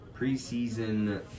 preseason